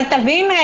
אבל תבין,